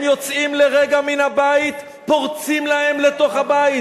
הם יוצאים לרגע מן הבית, פורצים להם לתוך הבית.